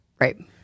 Right